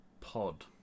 pod